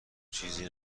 چیزی